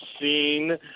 seen